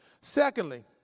Secondly